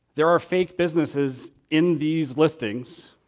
there are fake businesses in these listings,